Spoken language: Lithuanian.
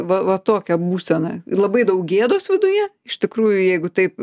va va tokia būsena ir labai daug gėdos viduje iš tikrųjų jeigu taip